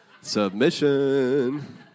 Submission